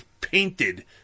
painted